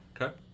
Okay